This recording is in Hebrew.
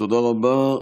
תודה רבה.